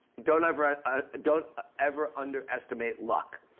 don't ever ah don't ever underestimate luck.